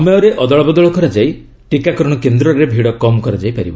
ସମୟରେ ଅଦଳବଦଳ କରାଯାଇ ଟିକାକରଣ କେନ୍ଦ୍ରରେ ଭିଡ଼ କମ୍ କରାଯାଇ ପାରିବ